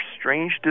strange